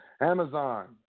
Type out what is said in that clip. Amazon